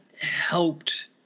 helped